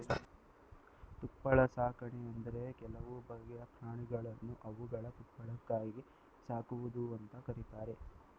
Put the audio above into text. ತುಪ್ಪಳ ಸಾಕಣೆ ಅಂದ್ರೆ ಕೆಲವು ಬಗೆಯ ಪ್ರಾಣಿಗಳನ್ನು ಅವುಗಳ ತುಪ್ಪಳಕ್ಕಾಗಿ ಸಾಕುವುದು ಅಂತ ಕರೀತಾರೆ